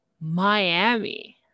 Miami